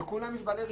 וכולם בעלי רישיונות.